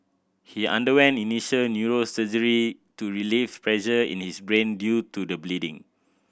he underwent initial neurosurgery to relieve pressure in his brain due to the bleeding